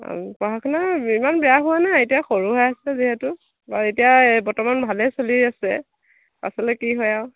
আ পঢ়া শুনা ইমান বেয়া হোৱা নাই এতিয়া সৰু হৈ আছে যিহেতু বাৰু এতিয়া বৰ্তমান ভালেই চলি আছে পাছলৈ কি হয় আৰু